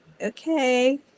okay